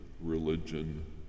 religion